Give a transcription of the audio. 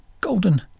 Golden